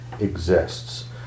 exists